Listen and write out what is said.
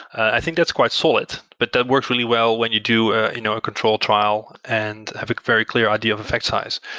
i think that's quite solid, but that works really well when you do ah you know a control trial and have a very clear idea of effect size.